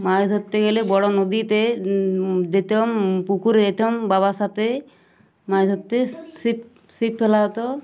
মাছ ধরতে গেলে বড়ো নদীতে যেতাম পুকুরে যেতাম বাবার সাথে মাছ ধরতে ছিপ ফেলা হতো